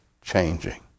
changing